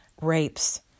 rapes